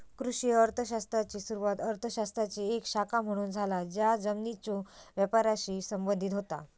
कृषी अर्थ शास्त्राची सुरुवात अर्थ शास्त्राची एक शाखा म्हणून झाला ज्या जमिनीच्यो वापराशी संबंधित होता